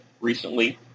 recently